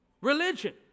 Religion